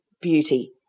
beauty